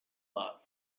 not